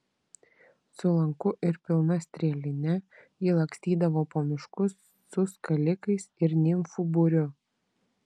su lanku ir pilna strėline ji lakstydavo po miškus su skalikais ir nimfų būriu